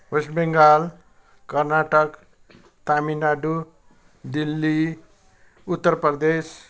West Bengal Karnataka Tamil Nadu Delhi Uttar Pradesh